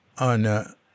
on